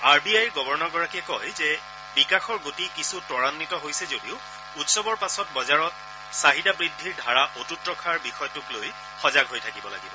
R B আইৰ গৱৰ্নৰগৰাকীয়ে কয় যে বিকাশৰ গতি কিছু ত্বায়িত হৈছে যদিও উৎসৱৰ পাছত বজাৰত চাহিদা বৃদ্ধিৰ ধাৰা অটুট ৰখাৰ বিষয়টোক লৈ সজাগ হৈ থাকিব লাগিব